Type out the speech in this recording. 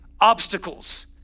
obstacles